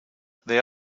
they